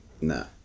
No